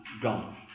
gone